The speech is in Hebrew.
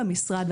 במשרד,